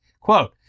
Quote